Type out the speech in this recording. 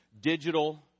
digital